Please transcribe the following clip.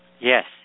Yes